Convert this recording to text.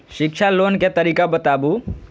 शिक्षा लोन के तरीका बताबू?